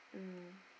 mm